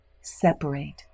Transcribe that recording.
separate